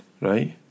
Right